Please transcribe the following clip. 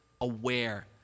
aware